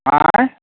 आँए